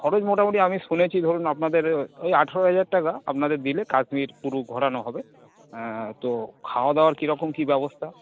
খরচ মোটামুটি আমি শুনেছি ধরুন আপনাদের ওই আঠেরো হাজার টাকা আপনাদের দিলে কাশ্মীর পুরু ঘোরানো হবে তো খাওয়া দাওয়ার কীরকম কী ব্যবস্থা